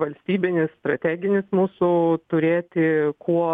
valstybinis strateginis mūsų turėti kuo